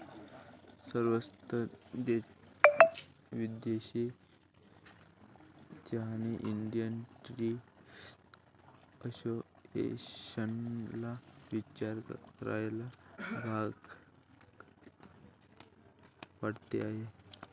स्वस्त विदेशी चहाने इंडियन टी असोसिएशनला विचार करायला भाग पाडले आहे